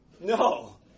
No